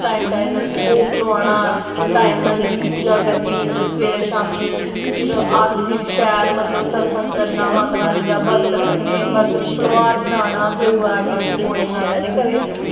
time time दा उसी भोग लगाना टाईम दी पूजा करनी सबेरै शामीं ते अट्ठ दिन शैल सत्संग करना माता रानी दा बर्त रक्खना ते बर्त बिच फलाहार बनाना द्रेऊऐ दे आटे दे पकौड़े बनाई लैने कदें